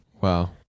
Wow